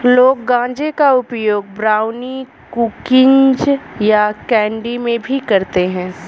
लोग गांजे का उपयोग ब्राउनी, कुकीज़ या कैंडी में भी करते है